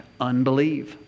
unbelieve